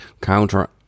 counter